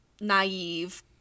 naive